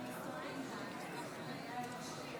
אם מישהו רוצה לדעת את התוצאה,